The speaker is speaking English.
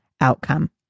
outcome